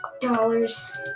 dollars